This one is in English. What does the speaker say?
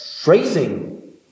phrasing